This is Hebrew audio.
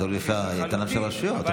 תלוי לפי האיתנות של הרשויות.